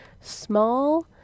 small